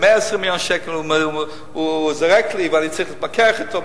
120 מיליון שקל הוא זורק לי ואני צריך להתווכח אתו,